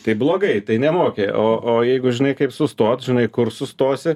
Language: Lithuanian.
tai blogai tai nemoki o o jeigu žinai kaip sustot žinai kur sustosi